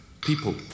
People